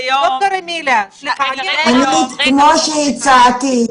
כמו שהצעתי,